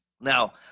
now